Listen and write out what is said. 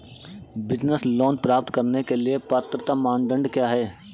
Business loan प्राप्त करने के लिए पात्रता मानदंड क्या हैं?